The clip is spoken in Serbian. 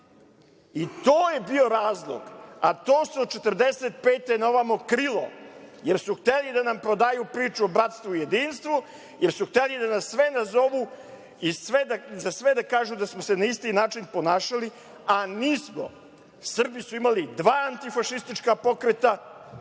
I to je bio razlog. A to se od 1945. godine naovamo krilo, jer su hteli da nam prodaju priču o bratstvu-jedinstvu, jer su hteli da nas sve nazovu i za sve da kažu da smo se na isti način ponašali, a nismo. Srbi su imali dva antifašistička pokreta,